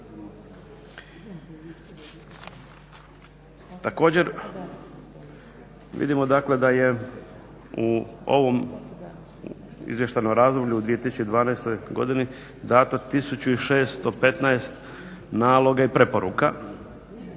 Također, vidimo dakle da je u ovom izvještajnom razdoblju u 2012. godini dato 1615 naloga i preporuka,